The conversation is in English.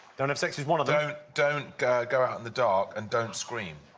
don't have sex is one of them. don't don't go go out in the dark and don't scream.